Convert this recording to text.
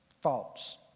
False